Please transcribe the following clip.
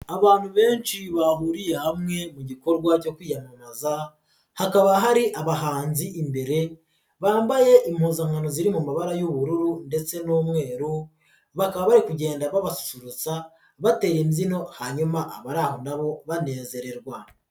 Abantu benshi bahuriye hamwe mu gikorwa cyo kwiyamamaza, hakaba hari abahanzi imbere bambaye impuzankano ziri mu mabara y'ubururu ndetse n'umweru, bakaba bari kugenda babasurutsa bateye imbyino hanyuma abaho nabo banezererwa.